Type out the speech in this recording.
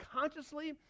consciously